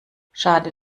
schade